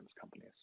companies